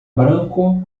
branco